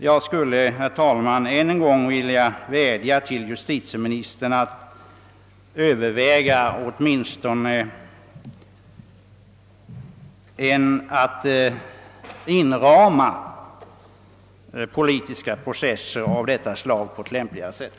Jag skulle, herr talman, än en gång vilja vädja till justitieministern att överväga att åtminstone inrama politiska processer av detta slag på ett lämpligare sätt.